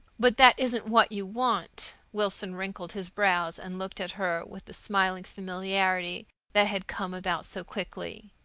but that isn't what you want. wilson wrinkled his brows and looked at her with the smiling familiarity that had come about so quickly.